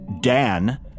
Dan